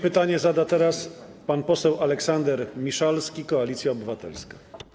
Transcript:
Pytanie zada teraz pan poseł Aleksander Miszalski, Koalicja Obywatelska.